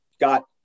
got